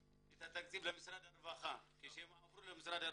התקציב למשרד הרווחה כשהם עברו למשרד הרווחה.